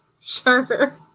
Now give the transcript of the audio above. Sure